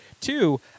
Two